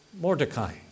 Mordecai